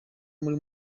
muri